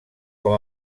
com